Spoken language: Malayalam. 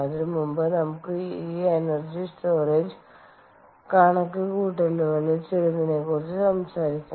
അതിനുമുമ്പ് നമുക്ക് ഈ എനർജി സ്റ്റോറേജ് കണക്കുകൂട്ടലുകളിൽ ചിലതിനെക്കുറിച്ച് സംസാരിക്കാം